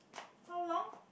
how long